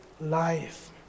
life